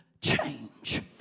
change